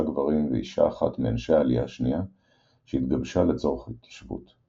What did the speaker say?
גברים ואישה אחת מאנשי העלייה השנייה שהתגבשה לצורך התיישבות.